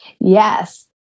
Yes